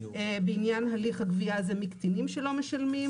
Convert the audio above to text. בעניין הליך הגבייה הזה מקטינים שלא משלמים,